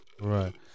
right